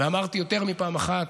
אמרתי יותר מפעם אחת,